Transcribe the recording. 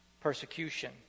persecution